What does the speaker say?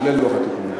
כולל לוח התיקונים.